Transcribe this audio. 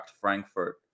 Frankfurt